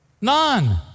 None